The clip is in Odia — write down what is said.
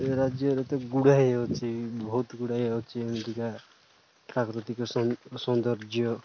ରାଜ୍ୟରେ ତ ଗୁଡ଼ାଏ ଅଛି ବହୁତ ଗୁଡ଼ାଏ ଅଛି ଏମିତିକା ପ୍ରାକୃତିକ ସୌନ୍ଦର୍ଯ୍ୟ